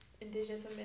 Indigenous